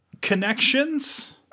Connections